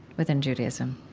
within judaism?